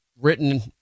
written